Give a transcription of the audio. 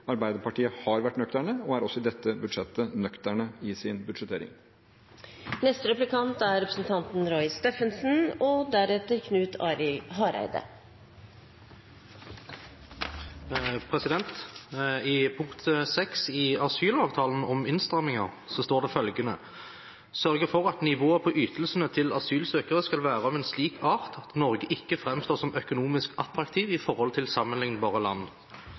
Arbeiderpartiet har vært nøkterne og er også i dette budsjettet nøkterne i sin budsjettering. I punkt 6 i asylavtalen om innstramminger står det følgende: «Sørge for at nivået på ytelsene til asylsøkere skal være av en slik art at Norge ikke fremstår som økonomisk attraktiv i forhold til sammenlignbare europeiske land.»